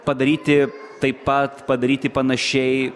padaryti taip pat padaryti panašiai